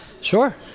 Sure